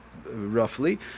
roughly